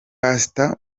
pastor